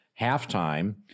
halftime